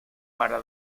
para